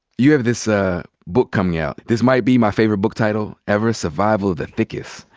you have this ah book coming out. this might be my favorite book title ever. survival of the thickest.